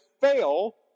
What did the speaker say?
fail